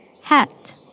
Hat